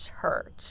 church